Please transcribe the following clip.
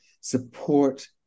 support